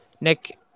Nick